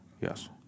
Yes